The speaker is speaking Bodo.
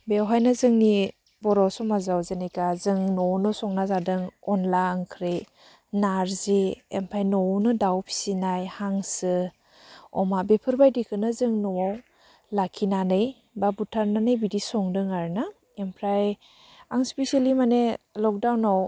बेवहायनो जोंनि बर' समाजाव जेनेखा जों न'आवनो संना जादों अनला ओंख्रि नारजि एमफाय न'आवनो दाउ फिसिनाय हांसो अमा बेफोरबादिखौनो जों न'आव लाखिनानै बा बुथारनानै बिदि संदों आरोना एमफ्राय आं स्पिसेलि मानि लकडाउनआव